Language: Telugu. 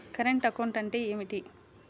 కరెంటు అకౌంట్ అంటే ఏమిటి?